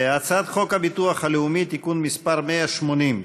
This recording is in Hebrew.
הצעת חוק הביטוח הלאומי (תיקון מס' 180),